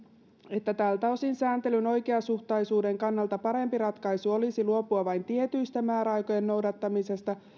että tältä osin sääntelyn oikeasuhtaisuuden kannalta parempi ratkaisu olisi luopua vain tietyistä määräaikojen noudattamisista